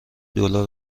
دلار